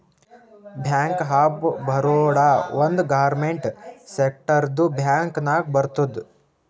bank of Baroda ಒಂದ್ government ಸೆಕ್ಟರ್ದು bank ನಾಗ್ ಬರ್ತುದ್